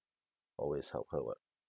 always help her [what]